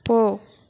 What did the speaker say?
போ